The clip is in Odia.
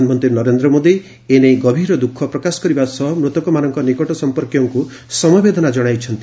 ପ୍ରଧାନମନ୍ତ୍ରୀ ନରେନ୍ଦ୍ର ମୋଦୀ ଏ ନେଇ ଗଭୀର ଦୁଃଖ ପ୍ରକାଶ କରିବା ସହ ମୃତକମାନଙ୍କ ନିକଟ ସଂପର୍କୀୟଙ୍କୁ ସମବେଦନା ଜଣାଇଛନ୍ତି